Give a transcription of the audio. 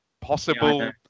possible